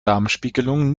darmspiegelung